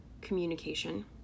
communication